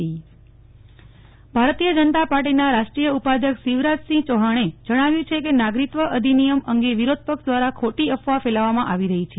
જ નેહલ ઠક્કર વિરાજ ચૌહાણ ભારતીય જાણતા પાર્ટીના રાષ્ટ્રીય ઉપાધ્યક્ષ શિવરાજસિંહ ચૌહાણે જણાવ્યુ છે કે નાગરિકત્વ અધિનિયમ અંગે વિરોધ પક્ષ દ્વારા ખોટી અફવા ફેલાવવામાં આવી રહી છે